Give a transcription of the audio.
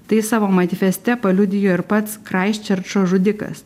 tai savo manifeste paliudijo ir pats kraistčerčo žudikas